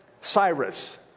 Cyrus